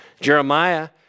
Jeremiah